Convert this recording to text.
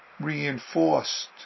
reinforced